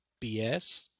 BS